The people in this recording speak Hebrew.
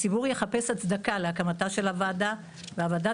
הציבור יחפש הצדקה להקמתה של הוועדה והוועדה